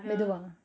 மெதுவா:methuva